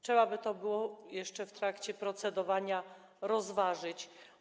Trzeba by to było jeszcze w trakcie procedowania rozważyć.